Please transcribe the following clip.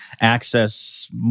access